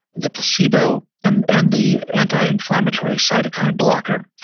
the placebo and and the anti-inflammatory cytokine blocker,